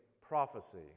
prophecy